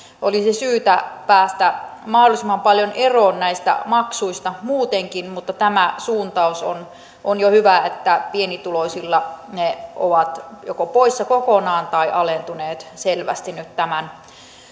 olisi syytä päästä mahdollisimman paljon eroon näistä maksuista muutenkin mutta tämä suuntaus on on jo hyvä että pienituloisilla ne ovat joko poissa kokonaan tai alentuneet selvästi nyt tämän